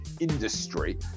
industry